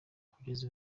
kugeza